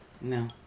No